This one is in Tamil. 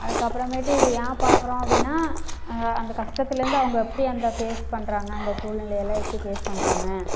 அதுக்கப்புறமேட்டு இது ஏன் பார்க்கறோம் அப்படின்னா அந்த கஷ்டத்துலேருந்து அவங்க எப்படி அந்த ஃபேஸ் பண்ணுறாங்க அந்த சூழ்நிலையெல்லாம் எப்படி ஃபேஸ் பண்ணுறாங்க